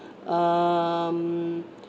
um